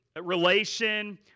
relation